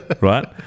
right